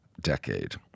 decade